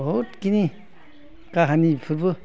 बहुद खिनि खाहानि बेफोरबो